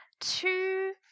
two